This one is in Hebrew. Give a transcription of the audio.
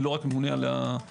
אני לא רק ממונה על הנפט